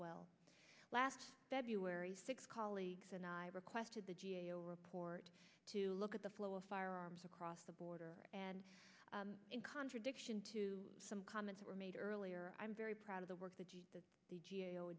well last february six colleagues and i requested the g a o report to look at the flow of firearms across the border and in contradiction to some comments were made earlier i'm very proud of the work that the g a o